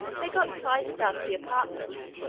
they got clitus out of the apartment,